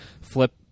flip